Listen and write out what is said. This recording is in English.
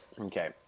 Okay